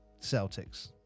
Celtics